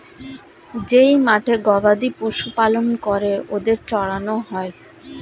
যেই মাঠে গবাদি পশু পালন করে ওদের চড়ানো হয়